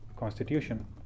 constitution